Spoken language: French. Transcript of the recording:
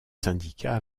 syndicats